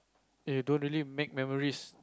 and you don't really make memories